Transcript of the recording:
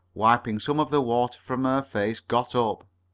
wiping some of the water from her face, got up.